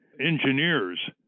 engineers